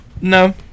No